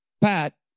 Pat